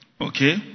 Okay